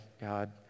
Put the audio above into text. God